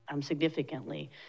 significantly